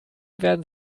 werden